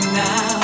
now